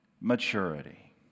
maturity